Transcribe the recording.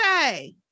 say